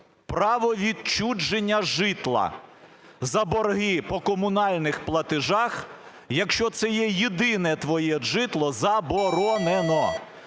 право відчуження житла за борги по комунальних платежах, якщо це є єдине твоє житло, заборонено.